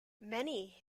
many